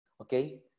Okay